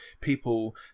people